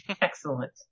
Excellent